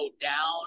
down